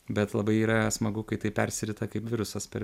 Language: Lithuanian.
bet labai yra smagu kai tai persirita kaip virusas per